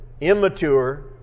immature